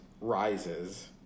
Rises